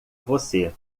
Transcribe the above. você